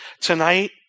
tonight